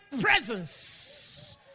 presence